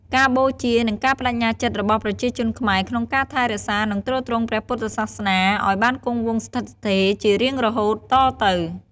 ការបូជា និងការប្តេជ្ញាចិត្តរបស់ប្រជាជនខ្មែរក្នុងការថែរក្សា និងទ្រទ្រង់ព្រះពុទ្ធសាសនាឱ្យបានគង់វង្សស្ថិតស្ថេរជារៀងរហូតតទៅ។